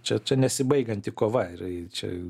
čia čia nesibaigianti kova ir čia